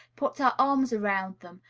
put her arms around them,